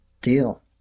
deal